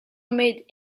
made